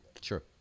Sure